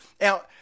Now